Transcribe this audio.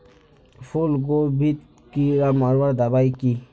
फूलगोभीत कीड़ा मारवार दबाई की?